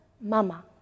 Mama